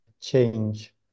change